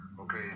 Okay